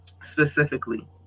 specifically